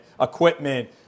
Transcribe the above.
equipment